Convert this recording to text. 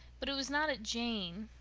but it was not at jane,